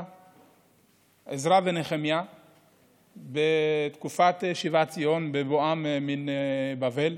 עזרא ונחמיה בתקופת שיבת ציון בבואם מבבל.